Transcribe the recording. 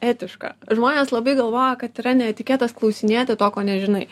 etiška žmonės labai galvoja kad yra neetiketas klausinėti to ko nežinai